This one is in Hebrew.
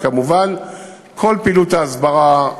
וכמובן כל פעילות ההסברה,